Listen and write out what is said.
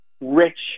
rich